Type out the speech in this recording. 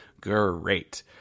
great